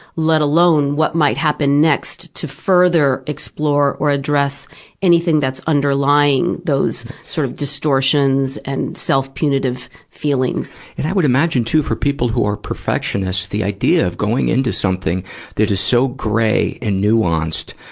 let alone what might happen next to further explore or address anything that's underlying those sort of distortions and self-punitive feelings. and i would imagine, too, for people who are perfectionists, the idea of going into something that is so grey and nuanced,